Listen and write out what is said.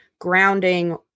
grounding